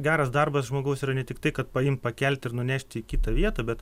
geras darbas žmogaus yra ne tiktai kad paimk pakelti ir nunešti į kitą vietą bet